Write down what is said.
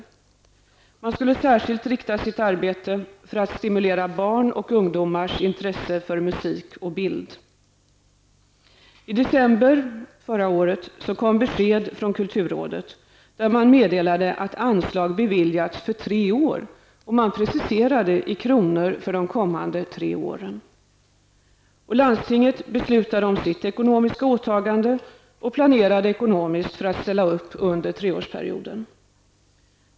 Arbetet skulle särskilt inriktas på att stimulera barn och ungdomars intresse för musik och bild. I december 1990 kom besked från kulturrådet där man meddelade att anslag beviljats för tre år preciserat i kronor för de kommande tre åren. Landstinget beslutade om sitt ekonomiska åtagande och planerade ekonomiskt för att ställa upp under treårsperioden.